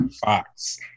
Fox